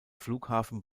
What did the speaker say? flughafen